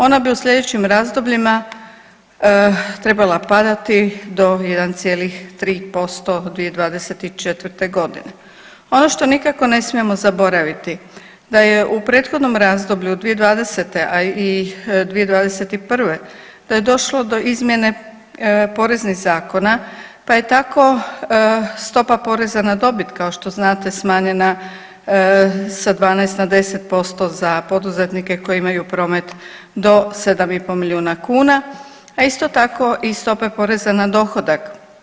Ona bi u sljedećim razdobljima trebala padati do 1,3% 2024.g. Ono što nikako ne smijemo zaboraviti da je u prethodnom razdoblju 2020. a i 2021. da je došlo do izmjene poreznih zakona pa je tako stopa poreza na dobit kao što znate smanjena sa 12 na 10% za poduzetnike koji imaju promet do 7,5 milijuna kuna, a isto tako i stope poreza na dohodak.